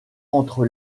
entre